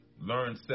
learn